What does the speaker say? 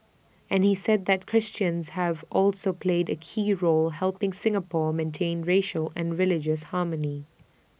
and he said that Christians have also played A key role helping Singapore maintain racial and religious harmony